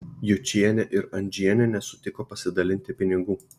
jučienė ir andžienė nesutiko pasidalinti pinigų